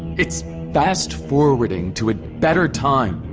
it's fast-forwarding to a better time!